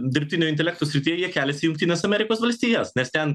dirbtinio intelekto srityje jie keliasi į jungtines amerikos valstijas nes ten